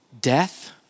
Death